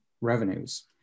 revenues